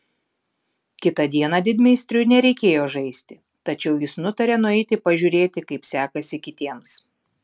kitą dieną didmeistriui nereikėjo žaisti tačiau jis nutarė nueiti pažiūrėti kaip sekasi kitiems